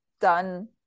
done